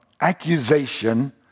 accusation